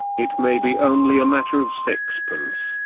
it may be only a matter of sixpence,